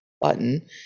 button